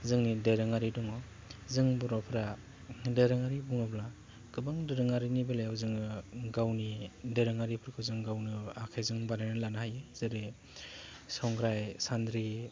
जोंनि दोरोङारि दङ जों बर'फ्रा दोरोङारि बुङोब्ला गोबां दोरोङारिनि बेलायाव जोङो गावनि दोरोङारिफोरखौ जों गावनो आखाइजों बानायनानै लानो हायो जेरै संग्राय सान्द्रि